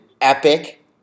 epic